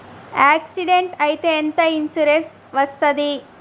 Accident అయితే ఎంత insurance వస్తది?